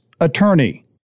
Attorney